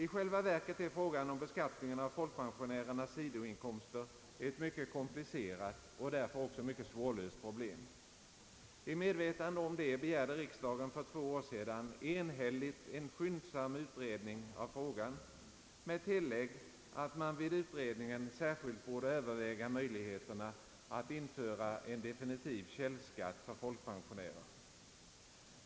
I själva verket är frågan om beskattningen av folkpensionärernas sidoinkomster ett mycket komplicerat och därför också mycket svårlöst problem. I medvetande om det begärde riksdagen för två år sedan enhälligt en skyndsam utredning av frågan, med tillägg att man vid utredningen särskilt borde överväga möjligheten att införa en definitiv källskatt för folkpensionärer.